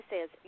says